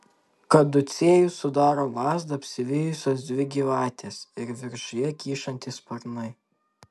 kaducėjų sudaro lazdą apsivijusios dvi gyvatės ir viršuje kyšantys sparnai